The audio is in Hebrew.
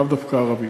לאו דווקא ערבים,